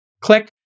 click